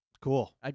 Cool